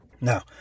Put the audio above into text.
Now